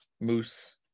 moose